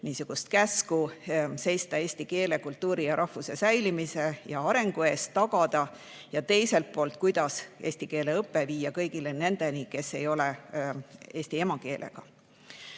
põhiseaduslik käsk seista eesti keele, kultuuri ja rahvuse säilimise ja arengu eest, ja teiselt poolt, kuidas eesti keele õpe viia kõigi nendeni, kes ei ole eesti emakeelega.